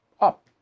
up